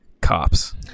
Cops